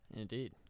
Indeed